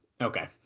Okay